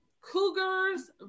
Cougars